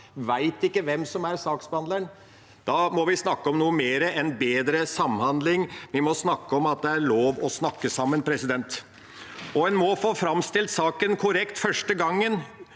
vet ikke hvem som er saksbehandler. Da må vi snakke om noe mer enn bedre samhandling, vi må snakke om at det er lov til å snakke sammen. En må få framstilt saken korrekt første gang.